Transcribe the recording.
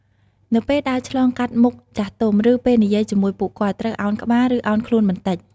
នៅពេលដើរឆ្លងកាត់មុខចាស់ទុំ ឬពេលនិយាយជាមួយពួកគាត់ត្រូវឱនក្បាល ឬឱនខ្លួនបន្តិច។